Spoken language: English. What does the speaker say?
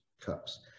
cups